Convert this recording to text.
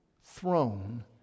throne